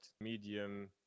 medium